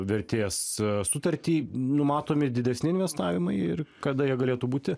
vertės sutartį numatomi didesni investavimai ir kada jie galėtų būti